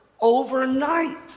overnight